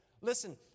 Listen